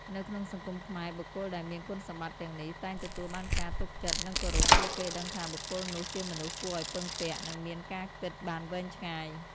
នៅក្នុងសង្គមខ្មែរ បុគ្គលដែលមានគុណសម្បត្តិទាំងនេះ តែងទទួលបានការ ទុកចិត្ត និង គោរព ព្រោះគេដឹងថាបុគ្គលនោះជាមនុស្សគួរឱ្យពឹងពាក់ និងមានការគិតបានវែងឆ្ងាយ។